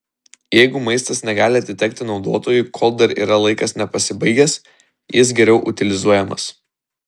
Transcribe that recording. jeigu maistas negali atitekti naudotojui kol dar yra laikas nepasibaigęs jis geriau utilizuojamas